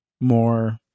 more